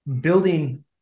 building